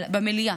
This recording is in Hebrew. במליאה: